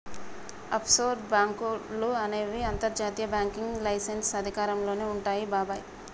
offshore బాంకులు అనేవి అంతర్జాతీయ బ్యాంకింగ్ లైసెన్స్ అధికారంలోనే వుంటాయి బాబాయ్